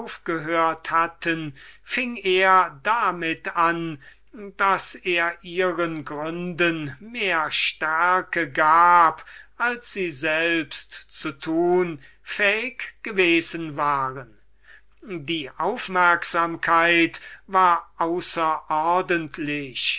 hatten fing er damit an daß er ihren gründen noch mehr stärke gab als sie selbst zu tun fähig gewesen waren die aufmerksamkeit war